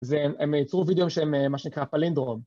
זה הם ייצרו וידאו שהם מה שנקרא פלינדרום.